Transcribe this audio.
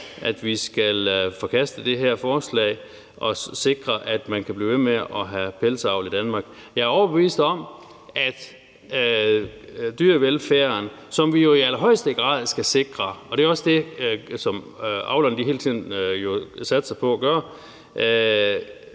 at vi skal forkaste det her forslag og sikre, at man kan blive ved med at have pelsdyravl i Danmark. Jeg er overbevist om, at dyrene med den dyrevelfærd, der er i Danmark, og som vi jo i allerhøjeste grad skal sikre, og det er jo også det, som avlerne hele tiden satser på at gøre,